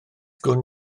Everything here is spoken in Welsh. gwn